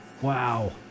Wow